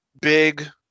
big